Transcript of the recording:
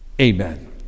Amen